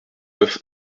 neuf